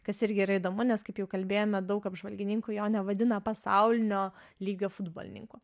kas irgi yra įdomu nes kaip jau kalbėjome daug apžvalgininkų jo nevadina pasaulinio lygio futbolininku